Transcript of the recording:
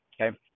Okay